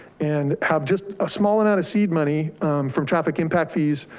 and have just a small amount of seed money from traffic impact fees,